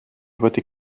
wedi